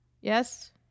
Yes